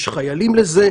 יש חיילים לזה.